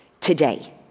today